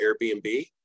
Airbnb